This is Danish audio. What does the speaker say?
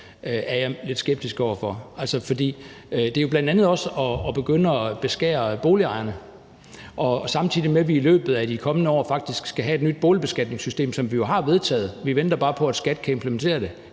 er jeg lidt skeptisk over for. Det er jo bl.a. at begynde at beskatte boligejerne, samtidig med at vi i løbet af de kommende år faktisk skal have et nyt boligbeskatningssystem, som vi jo har vedtaget. Vi venter bare på, at skattemyndighederne